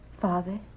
father